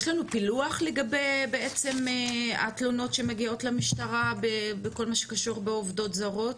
יש לנו פילוח לגבי התלונות שמגיעות למשטרה בכל מה שקשור בעובדות זרות,